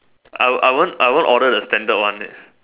I I won't I won't order the standard one leh